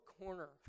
corner